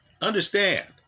understand